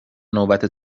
نوبت